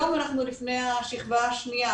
היום אנחנו לפני השכבה השניה,